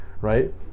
right